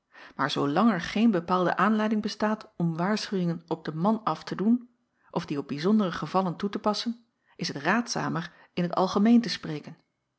maar zoolang er geen bepaalde aanleiding bestaat om waarschuwingen op den man af te doen of die op bijzondere gevallen toe te passen is het raadzamer in t algemeen te spreken